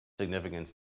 significance